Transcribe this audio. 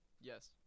Yes